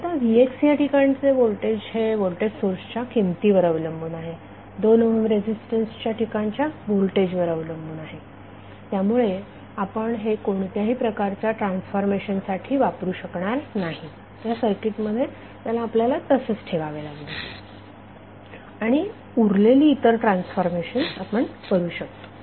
आता vx या ठिकाणचे व्होल्टेज हे व्होल्टेज सोर्सच्या किमतीवर अवलंबून आहे 2 ओहम रेझिस्टन्स च्या ठिकाणच्या व्होल्टेजवर अवलंबून आहे त्यामुळे आपण हे कोणत्याही प्रकारच्या ट्रान्सफॉर्मेशन साठी वापरू शकणार नाही या सर्किटमध्ये त्याला आपल्याला असेच ठेवावे लागेल आणि उरलेली इतर ट्रान्सफॉर्मेशन आपण करू शकतो